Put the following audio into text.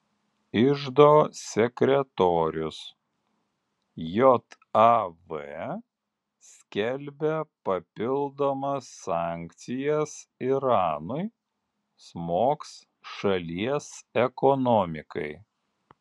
iždo sekretorius jav skelbia papildomas sankcijas iranui smogs šalies ekonomikai